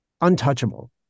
untouchable